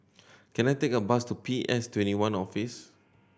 can I take a bus to P S Twenty one Office